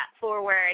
forward